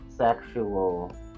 sexual